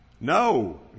No